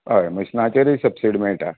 हय मशिनाचेर सब्सिडी मेळटा